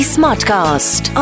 Smartcast